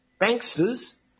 banksters